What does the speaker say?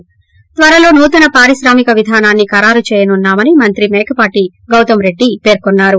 ి త్వరలో నూతన పారిశ్రామిక విధానాన్ని ఖరారు చేయనున్నా మని మంత్రి మేకపాటి గౌతమ్రెడ్డి పేర్కొన్నారు